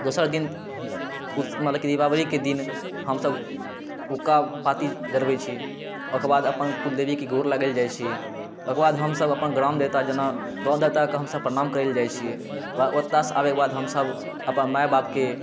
दोसर दिन माने की दीपावलीके दिन हमसब हुक्का पातील जरबै छी ओकर बाद अपन कुलदेवीके गोर लगै लए जाइ छी ओकर बाद हमसब अपन ग्रामदेवता जेना ग्राम देवताके हमसब प्रणाम करै लए जाइ छी आओर ओतैसँ आबेके बाद हमसब अपन माय बापके